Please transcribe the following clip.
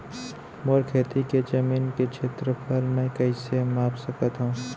मोर खेती के जमीन के क्षेत्रफल मैं कइसे माप सकत हो?